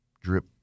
drip